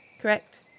correct